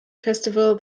festival